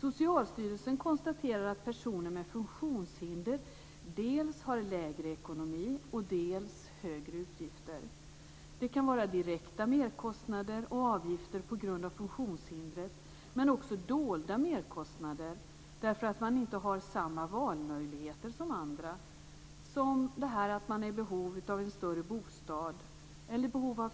Socialstyrelsen konstaterar att personer med funktionshinder dels har sämre ekonomi, dels högre utgifter. Det kan vara direkta merkostnader och avgifter på grund av funktionshindret, men också dolda merkostnader därför att man inte har samma valmöjligheter som andra. Man kan vara i behov av en större bostad eller i behov av